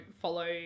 follow